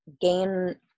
gain